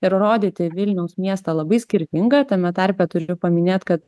ir rodyti vilniaus miestą labai skirtingą tame tarpe turiu paminėt kad